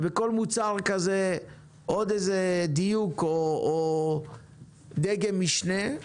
ובכל מוצר כזה עוד איזה דיוק, או דגם משנה.